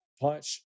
punch